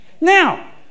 Now